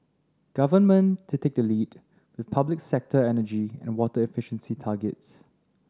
government to take the lead with public sector energy and water efficiency targets